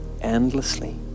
endlessly